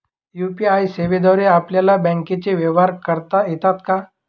UPI सेवेद्वारे आपल्याला बँकचे व्यवहार करता येतात का?